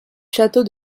château